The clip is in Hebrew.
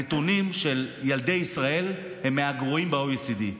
הנתונים של ילדי ישראל הם מהגרועים ב-OECD.